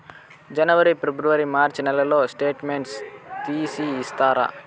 జనవరి, ఫిబ్రవరి, మార్చ్ నెలల స్టేట్మెంట్ తీసి ఇస్తారా?